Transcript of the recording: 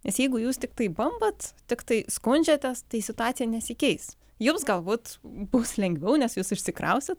nes jeigu jūs tiktai bambat tiktai skundžiatės tai situacija nesikeis jums galbūt bus lengviau nes jūs išsikrausit